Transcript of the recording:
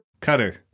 Cutter